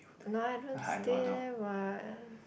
no I don't stay there what